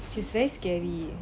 it's very scary